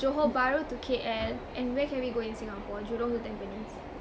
johor bahru to K_L and where can we go in singapore jurong to tampines